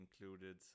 included